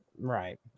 Right